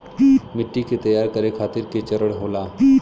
मिट्टी के तैयार करें खातिर के चरण होला?